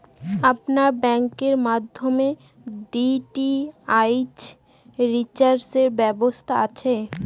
আপনার ব্যাংকের মাধ্যমে ডি.টি.এইচ রিচার্জের ব্যবস্থা আছে?